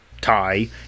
tie